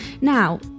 Now